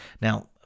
Now